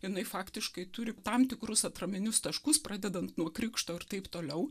jinai faktiškai turi tam tikrus atraminius taškus pradedant nuo krikšto ir taip toliau